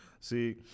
See